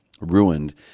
ruined